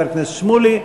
חבר הכנסת שמולי,